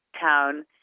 town